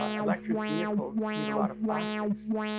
electric vehicles need a lot of plastics.